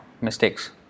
mistakes